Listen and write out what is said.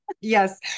Yes